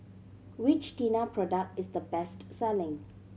which Tena product is the best selling